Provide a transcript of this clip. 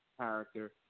character